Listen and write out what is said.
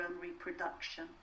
reproduction